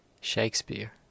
Shakespeare